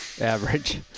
average